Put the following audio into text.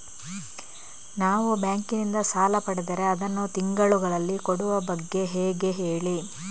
ನಾವು ಬ್ಯಾಂಕ್ ನಿಂದ ಸಾಲ ಪಡೆದರೆ ಅದನ್ನು ತಿಂಗಳುಗಳಲ್ಲಿ ಕೊಡುವ ಬಗ್ಗೆ ಹೇಗೆ ಹೇಳಿ